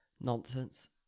Nonsense